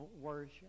worship